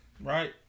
Right